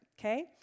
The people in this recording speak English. okay